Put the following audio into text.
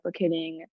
replicating